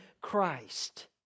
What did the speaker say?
Christ